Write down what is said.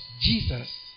Jesus